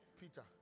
Peter